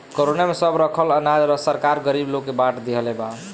corona में सब रखल अनाज सरकार गरीब लोग के बाट देहले बा